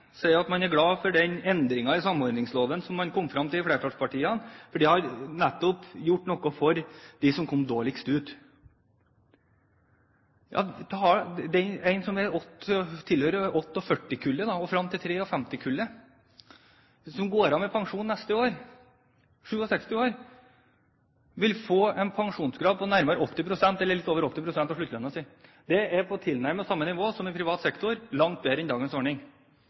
sier at man er glad for den endringen i samordningsloven som man kom fram til i flertallspartiene, for det har nettopp gjort noe for de som kom dårligst ut. En som tilhører 1948-kullet, og fram til 1953-kullet, og vedkommende går av med pensjon neste år, 67 år, vil få en pensjonsgrad på nærmere 80 pst., eller litt over 80 pst. av sluttlønnen sin. Det er på tilnærmet samme nivå som i privat sektor – langt bedre enn dagens ordning.